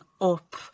up